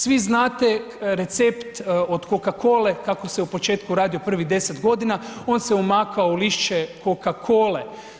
Svi znate recept od Coca-cole kako se u početku radio prvih 10 godina, on se umakao u lišće Coca-cole.